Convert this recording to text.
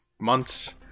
months